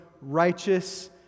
righteous